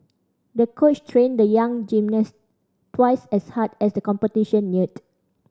the coach trained the young gymnast twice as hard as the competition neared